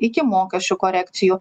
iki mokesčių korekcijų